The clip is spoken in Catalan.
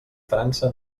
frança